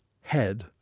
head